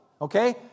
Okay